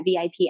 VIP